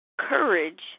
courage